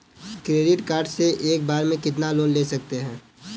Credit card से एक बार में कितना लोन ले सकते हैं?